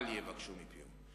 אל יבקשו מפיהו.